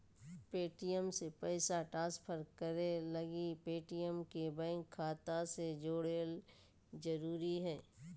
Paytm से पैसा transfer करे लगी पेटीएम के बैंक खाता से जोड़े ल जरूरी हय